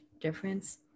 difference